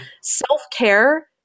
Self-care